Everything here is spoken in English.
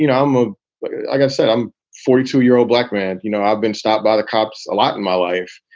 you know i'm ah gonna say i'm forty two year old black man. you know, i've been stopped by the cops a lot in my life.